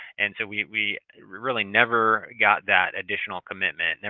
and so, we really never got that additional commitment, and